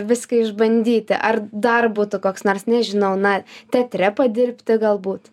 viską išbandyti ar dar būtų koks nors nežinau na teatre padirbti galbūt